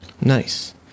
Nice